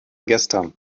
gestern